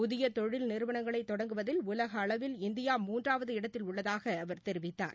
புதிய தொழில் நிறுவனங்களை தொடங்குவதில் உலக அளவில் இந்தியா மூன்றாவது இடத்தில் உள்ளதாக அவர் தெரிவித்தார்